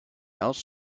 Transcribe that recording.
else